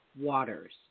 waters